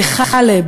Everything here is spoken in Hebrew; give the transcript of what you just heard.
בחלב,